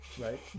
Right